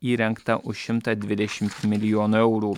įrengta už šimtą dvidešimt milijonų eurų